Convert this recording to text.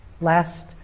last